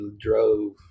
drove